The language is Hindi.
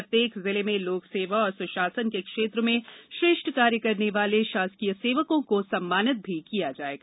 प्रत्येक जिले में लोक सेवा एवं सुशासन के क्षेत्र में श्रेष्ठ कार्य करने वाले शासकीय सेवकों को सम्मानित भी किया जाएगा